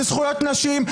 זה זכויות נשים,